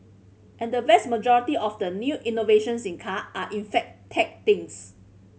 and the vast majority of the new innovations in car are in fact tech things